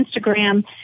Instagram